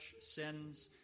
sins